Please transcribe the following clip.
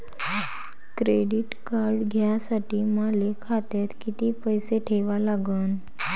Credit card घ्यासाठी मले खात्यात किती पैसे ठेवा लागन?